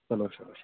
چلو چلو چلو